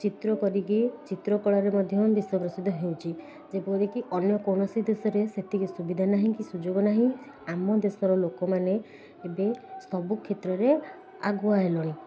ଚିତ୍ର କରିକି ଚିତ୍ର କଳାରେ ମଧ୍ୟ ବିଶ୍ଵ ପ୍ରସିଦ୍ଧ ହେଉଛି ଯେପରିକି ଅନ୍ୟ କୌଣସି ଦେଶରେ ସେତିକି ସୁବିଧା ନାହିଁ କି ସୁଯୋଗ ନାହିଁ ଆମ ଦେଶର ଲୋକମାନେ ଏବେ ସବୁ କ୍ଷେତ୍ରରେ ଆଗୁଆ ହେଲେଣି